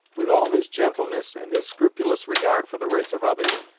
with all his gentleness and his scrupulous regard for the rights of others,